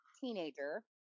teenager